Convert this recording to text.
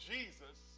Jesus